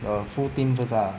err full team first ah